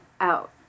out